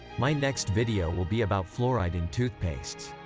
my next video will be about fluoride in toothpastes.